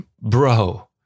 Bro